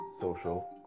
social